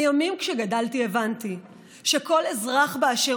לימים כשגדלתי הבנתי שכל אזרח באשר